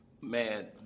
Man